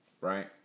Right